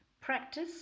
Practice